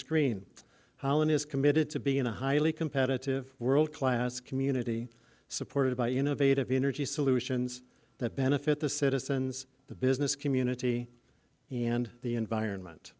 is committed to being a highly competitive world class community supported by innovative energy solutions that benefit the citizens the business community and the environment